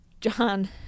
John